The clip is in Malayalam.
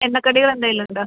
എണ്ണക്കടികൾ എന്തെങ്കിലുമുണ്ടോ